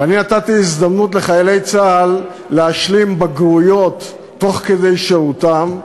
ואני נתתי הזדמנות לחיילי צה"ל להשלים בגרויות תוך כדי שירותם,